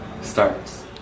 starts